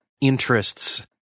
interests